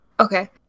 okay